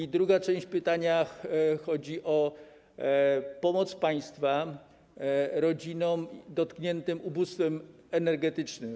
I druga część pytania, chodzi o pomoc państwa rodzinom dotkniętym ubóstwem energetycznym.